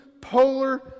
polar